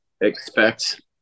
expect